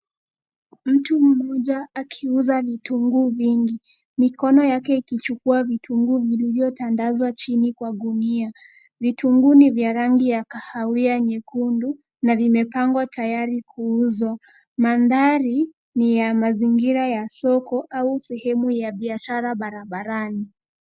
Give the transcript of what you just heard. Mtu mmoja akiuza vitunguu vingi. Mikono yake ikichukua vitunguu vilivyotandazwa chini kwa gunia. Vitunguu ni vya rangi ya kahawia-nyekundu na vimepangwa tayari kuuzwa. Mandhari ni ya mazingira ya soko au sehemu ya biashara barabarani.